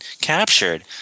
captured